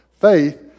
faith